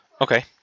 Okay